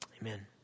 Amen